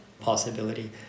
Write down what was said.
possibility